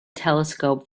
telescope